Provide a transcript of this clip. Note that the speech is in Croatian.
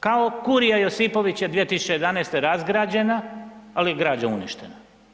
Kao kurija Josipović je 2011. razgrađena, ali je građa uništena.